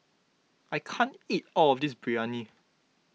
I can't eat all of this Biryani